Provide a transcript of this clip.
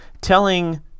telling